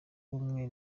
bumwe